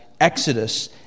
Exodus